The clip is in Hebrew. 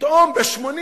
פתאום ב-80